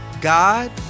God